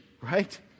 right